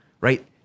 right